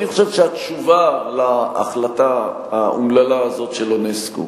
אני חושב שהתשובה להחלטה האומללה הזאת של אונסק"ו